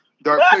Dark